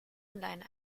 online